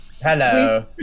hello